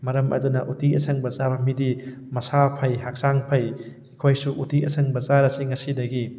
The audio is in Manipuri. ꯃꯔꯝ ꯑꯗꯨꯅ ꯎꯇꯤ ꯑꯁꯪꯕ ꯆꯥꯕ ꯃꯤꯗꯤ ꯃꯁꯥ ꯐꯩ ꯍꯛꯆꯥꯡ ꯐꯩ ꯑꯩꯈꯣꯏꯁꯨ ꯎꯇꯤ ꯑꯁꯪꯕ ꯆꯥꯔꯁꯤ ꯉꯁꯤꯗꯒꯤ